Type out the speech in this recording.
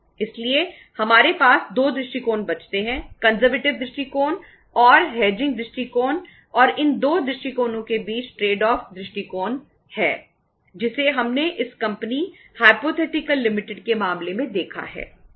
और अंत में हम ट्रेड ऑफ के मामले में देखा है